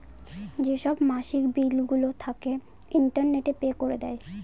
যেসব মাসিক বিলগুলো থাকে, ইন্টারনেটে পে করে দেয়